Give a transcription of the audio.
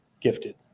gifted